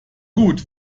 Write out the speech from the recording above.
gut